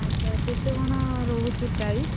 ଆଚ୍ଛା କେତେ କ'ଣ ରହୁଛି ପ୍ରାଇସ୍